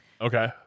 Okay